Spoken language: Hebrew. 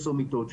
עשר מיטות,